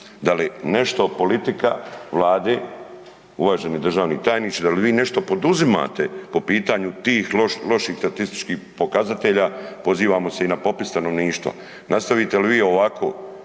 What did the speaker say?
Da li nešto politika Vlade, uvaženi državni tajniče, da li vi nešto poduzimate po pitanju tih loših statističkih pokazatelja? Pozivamo se i na popis stanovništva. Nastavite li vi onako